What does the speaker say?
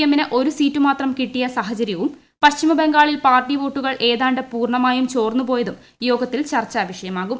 M ന് ഒരു സീറ്റുമാത്രം കിട്ടിയ സാഹച്ചിരുവും പശ്ചിമബംഗാളിൽ പാർട്ടി വോട്ടുകൾ ഏതാങ്ട്ട് പ്പൂർണ്ണമായും ചോർന്നു പോയതും യോഗത്തിൽ ചർച്ചാർ വിഷയമാകും